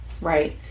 Right